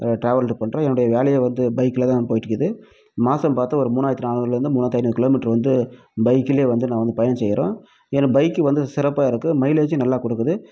travelled பண்ணுறேன் என்னுடைய வேலையே வந்து பைக்கில் தான் வந்து போய்கிட்டுருக்கது மாதம் பார்த்தா ஒரு மூணாயிரத்து நாநூறில் இருந்து மூணாயிரத்தி ஐந்நூறு கிலோ மீட்ரு வந்து பைக்கிலே வந்து நான் வந்து பயணம் செய்கிறேன் எனக்கு பைக்கு வந்து சிறப்பாக இருக்குது மைலேஜும் நல்லா கொடுக்குது